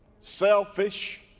selfish